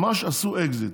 ממש עשו אקזיט.